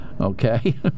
Okay